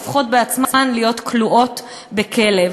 והופכות בעצמן להיות כלואות בכלא.